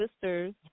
sisters